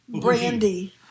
Brandy